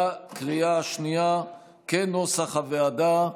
בקריאה השנייה, כנוסח הוועדה.